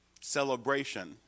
celebration